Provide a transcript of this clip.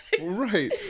Right